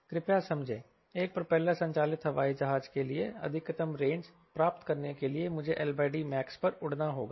कृपया समझे एक प्रोपेलर संचालित हवाई जहाज के लिए अधिकतम रेंज प्राप्त करने के लिए मुझे LDmax पर उड़ना होगा